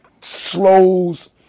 slows